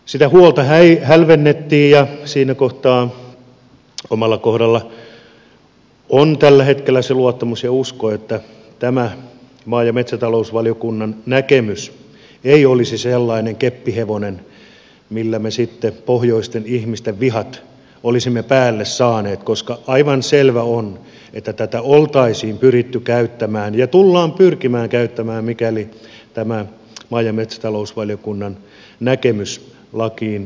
sitä huolta hälvennettiin ja siinä kohtaa omalla kohdallani on tällä hetkellä se luottamus ja usko että tämä maa ja metsätalousvaliokunnan näkemys ei olisi sellainen keppihevonen millä me sitten pohjoisten ihmisten vihat olisimme päälle saaneet koska aivan selvä on että tätä oltaisiin pyritty käyttämään ja tullaan pyrkimään käyttämään mikäli tämä maa ja metsätalousvaliokunnan näkemys lakiin tulisi kirjatuksi